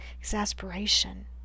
exasperation